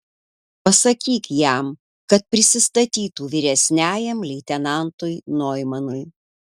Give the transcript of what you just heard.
pasakyk jam kad prisistatytų vyresniajam leitenantui noimanui